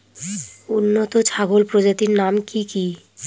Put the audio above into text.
উন্নত ছাগল প্রজাতির নাম কি কি?